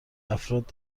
افراد